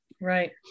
Right